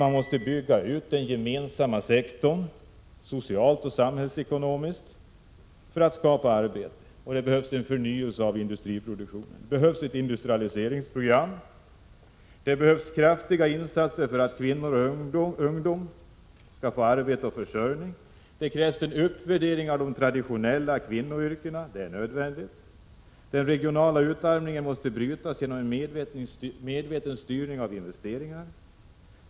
—- Man måste bygga ut den gemensamma sektorn, socialt och samhällsekonomiskt, för att skapa arbete. - Det behövs en förnyelse av industriproduktionen. Det behövs ett Prot. 1986/87:94 industrialiseringsprogram. 25 mars 1987 —- Det behövs kraftiga insatser för att kvinnor och ungdomar skall få arbete och försörjning. För detta är en uppvärdering av de traditionella kvinnoyrkena nödvändig. — Den regionala utarmningen måste brytas genom en medveten styrning av investeringarna.